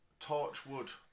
Torchwood